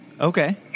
Okay